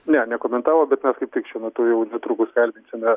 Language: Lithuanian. ne nekomentavo bet mes kaip tik šiuo metu jau netrukus kalbinsime